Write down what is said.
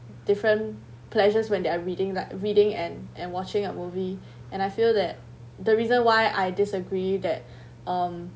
different pleasures when they are reading like reading and and watching a movie and I feel that the reason why I disagree that um